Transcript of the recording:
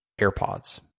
AirPods